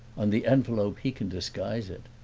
on the envelope he can disguise it.